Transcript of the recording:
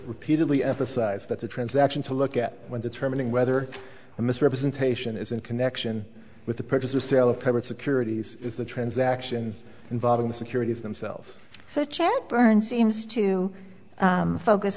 repeatedly emphasized that the transaction to look at when determining whether a misrepresentation is in connection with the purchase the sale of covered securities is the transaction involving the securities themselves so the chant burn seems to focus